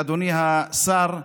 ואדוני השר,